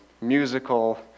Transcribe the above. musical